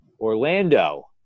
Orlando